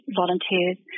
volunteers